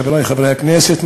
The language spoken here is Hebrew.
חברי חברי הכנסת,